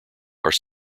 are